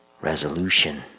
resolution